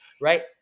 right